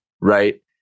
right